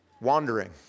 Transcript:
Wandering